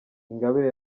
ingabire